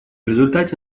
результате